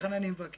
לכן אני מבקש,